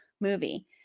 movie